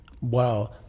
Wow